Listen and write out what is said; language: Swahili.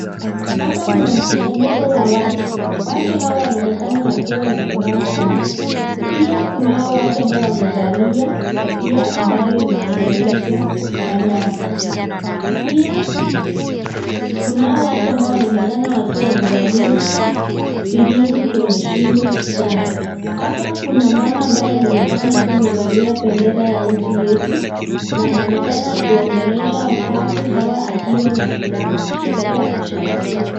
Hapa kuna mkusanyiko wa watu, watu hao wanaonekana wakiwa na furaha sana, pia kunao watu ambao wamevalia kofia ambayo imetengenezwa na nyasi, pia kunao watu ambao wanaoonekana wakiwa wamevalia firimbi kwenye shingo zao, hapa kuna mama ambaye anaonekana akiwa amevalia bendera ya nchi yetu, na anaonekana akiongea na watu hawa, pia akishangilia.